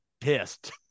pissed